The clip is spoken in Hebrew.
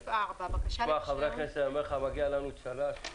חברי הכנסת, מגיע לנו צל"ש.